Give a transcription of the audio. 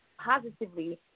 positively